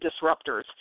disruptors